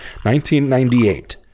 1998